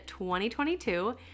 2022